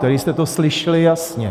Tady jste to slyšeli jasně.